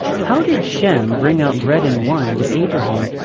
how did shem bring out bread and wine to abraham,